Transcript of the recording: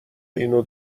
اینو